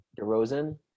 DeRozan